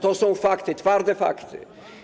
To są fakty, twarde fakty.